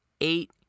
Eight